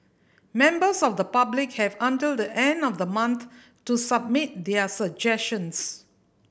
members of the public have until the end of the month to submit their suggestions